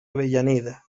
avellaneda